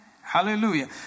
Hallelujah